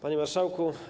Panie Marszałku!